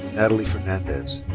natalie fernandez.